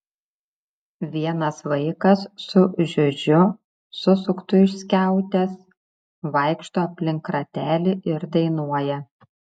vienas vaikas su žiužiu susuktu iš skiautės vaikšto aplink ratelį ir dainuoja